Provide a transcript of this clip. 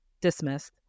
dismissed